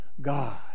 God